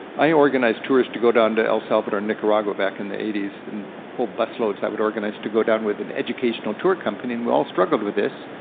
i organized tours to go down to el salvador and nicaragua back in the eighty s, and whole bus loads i would organize to go down with an educational tour company, and we all struggled with this.